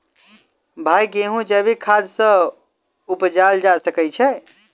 भाई गेंहूँ जैविक खाद सँ उपजाल जा सकै छैय?